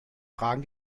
tragen